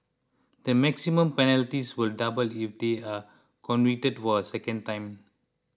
the maximum penalties will double if they are convicted for a second time